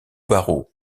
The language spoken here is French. barreau